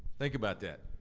think about that.